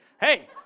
hey